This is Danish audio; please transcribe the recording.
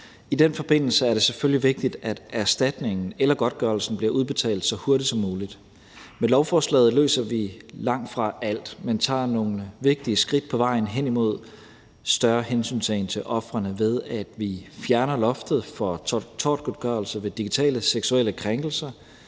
I den forbindelse er det selvfølgelig vigtigt, at erstatningen eller godtgørelsen bliver udbetalt så hurtigt som muligt. Med lovforslaget løser vi langt fra alt, men tager nogle vigtige skridt på vejen hen imod større hensyntagen til ofrene, ved at vi fjerner loftet for tortgodtgørelse ved digitale seksuelle krænkelser,